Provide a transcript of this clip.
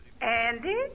Andy